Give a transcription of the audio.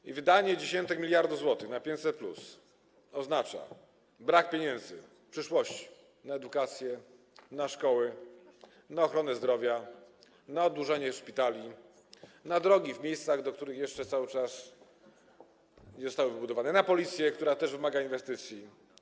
I wydanie dziesiątek miliardów złotych na 500+ oznacza brak pieniędzy w przyszłości na edukację, na szkoły, na ochronę zdrowia, na oddłużanie szpitali, na drogi w miejscach, w których jeszcze cały czas nie zostały wybudowane, na Policję, która też wymaga inwestycji.